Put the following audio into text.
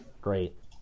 Great